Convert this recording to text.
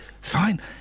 fine